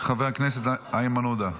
חבר הכנסת איימן עודה,